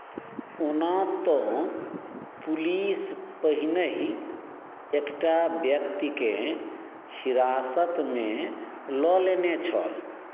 ओना तऽ पुलिस पहिनहि एकटा वयक्तिकेँ हिरासतमे लऽ लेने छल